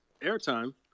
airtime